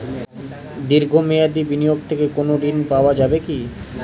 দীর্ঘ মেয়াদি বিনিয়োগ থেকে কোনো ঋন পাওয়া যাবে কী?